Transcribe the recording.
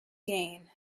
gain